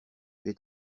j’ai